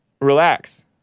relax